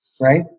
Right